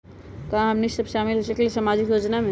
का हमनी साब शामिल होसकीला सामाजिक योजना मे?